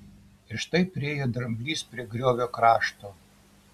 ir štai priėjo dramblys prie griovio krašto